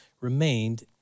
remained